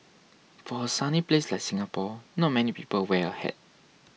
for a sunny place like Singapore not many people wear a hat